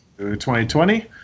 2020